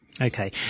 Okay